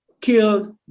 killed